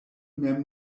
mem